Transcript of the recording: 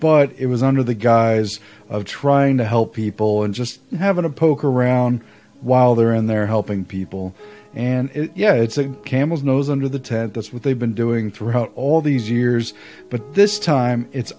but it was under the guise of trying to help people and just have a poke around while they're in there helping people and yeah it's a camel's nose under the tent that's what they've been doing throughout all these years but this time it's